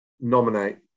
nominate